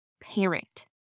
parent